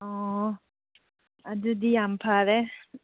ꯑꯣ ꯑꯗꯨꯗꯤ ꯌꯥꯝ ꯐꯔꯦ